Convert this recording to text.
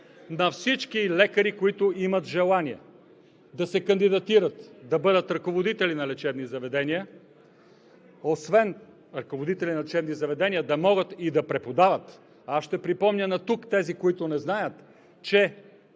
на всички лекари, които имат желание да се кандидатират, да бъдат ръководители на лечебни заведения. Освен ръководители на лечебни заведения да могат и да преподават. Аз ще припомня тук на тези, които не знаят, че